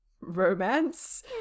romance